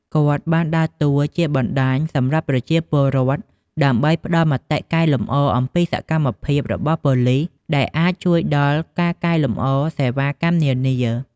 គាត់បានដើរតួជាបណ្តាញសម្រាប់ប្រជាពលរដ្ឋដើម្បីផ្តល់មតិកែលម្អអំពីសកម្មភាពរបស់ប៉ូលីស ដែលអាចជួយដល់ការកែលម្អសេវាកម្មនានា។